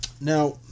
Now